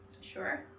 Sure